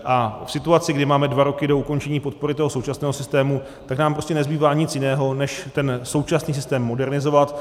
A v situaci, kdy máme dva roky do ukončení podpory současného systému, nám nezbývá nic jiného než současný systém modernizovat.